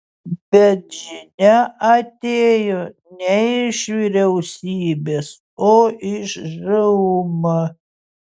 bet žinia atėjo ne iš vyriausybės o iš žūm